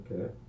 Okay